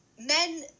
men